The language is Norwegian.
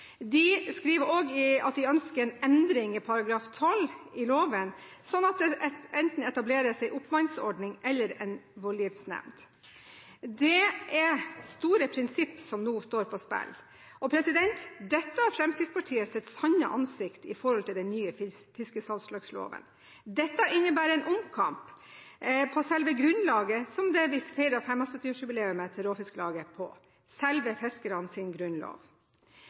De skriver også at de ønsker en endring i § 12 i loven, slik at det enten etableres en oppmannsordning eller en voldgiftsnemnd. Det er store prinsipper som nå står på spill, og dette er Fremskrittspartiets sanne ansikt når det gjelder den nye fiskesalgslagsloven. Dette innebærer en omkamp om selve grunnlaget som vi feirer 75-årsjubileet til Råfisklaget på: selve grunnloven til fiskerne.